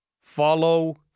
Follow